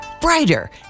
brighter